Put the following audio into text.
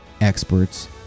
experts